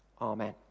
Amen